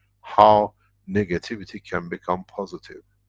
how negativity can become positive!